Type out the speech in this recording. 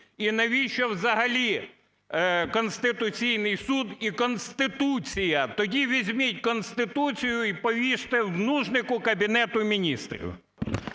і навіщо взагалі Конституційний Суд і Конституція? Тоді візьміть Конституцію і повісьте в нужнику Кабінету Міністрів.